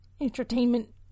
entertainment